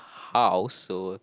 house so